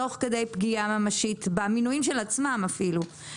תוך כדי פגיעה ממשית במנויים של עצמם אפילו.